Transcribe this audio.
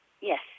Yes